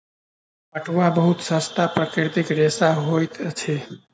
पटुआ बहुत सस्ता प्राकृतिक रेशा होइत अछि